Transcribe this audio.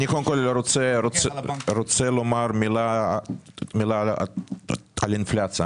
אני קודם כל רוצה לומר מילה על אינפלציה.